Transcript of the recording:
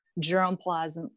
germplasm